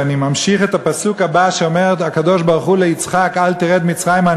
ואני ממשיך את הפסוק הבא שאומר הקדוש-ברוך-הוא ליצחק: אל תרד מצרימה,